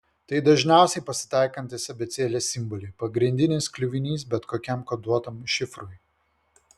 tai dažniausiai pasitaikantys abėcėlės simboliai pagrindinis kliuvinys bet kokiam koduotam šifrui